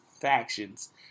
factions